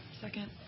Second